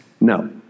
No